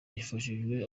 yifashishije